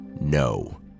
No